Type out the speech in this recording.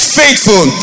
faithful